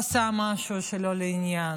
עשה משהו שלא לעניין.